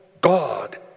God